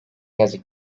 yazık